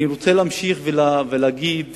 אני רוצה להמשיך ולהגיד